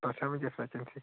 توہہِ چھا وٕنۍکٮ۪س